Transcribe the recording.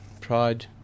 Pride